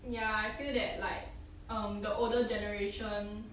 ya I feel that like um the older generation